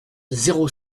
zéro